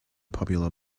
popular